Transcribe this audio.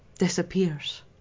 disappears